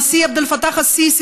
הנשיא עבד אל-פתאח א-סיסי,